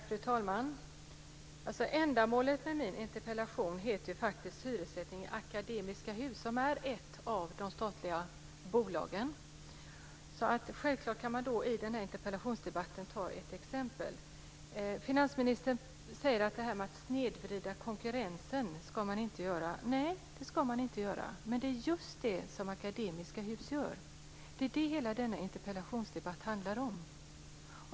Fru talman! Min interpellation handlar om hyressättningen i Akademiska Hus, som är ett av de statliga bolagen. Självklart kan man då i den här interpellationsdebatten ta ett exempel. Finansministern säger att man inte ska snedvrida konkurrensen. Nej, det ska man inte göra, men det är just det som Akademiska Hus gör. Det är det hela denna interpellationsdebatt handlar om.